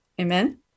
Amen